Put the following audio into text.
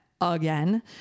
again